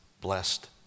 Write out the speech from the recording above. blessed